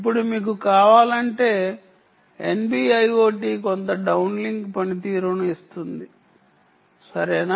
ఇప్పుడు మీకు కావాలంటే NB IoT కొంత డౌన్లింక్ పనితీరును ఇస్తుంది సరేనా